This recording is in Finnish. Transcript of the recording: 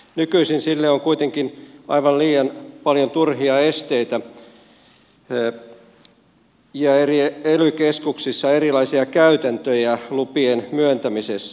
nykyisin sille on kuitenkin aivan liian paljon turhia esteitä ja eri ely keskuksissa erilaisia käytäntöjä lupien myöntämisessä